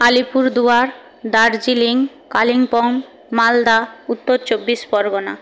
আলিপুরদুয়ার দার্জিলিং কালিম্পং মালদা উত্তর চব্বিশ পরগনা